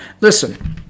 Listen